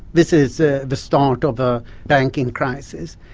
this is ah the start of a banking crisis.